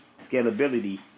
scalability